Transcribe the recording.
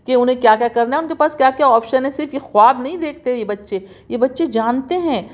کہ انہیں کیا کیا کرنا اور ان کے پاس کیا آپشن ہے یہ صرف خواب نہیں دیکھتے یہ بچے یہ بچے جانتے ہیں